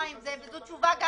וזו תשובה גם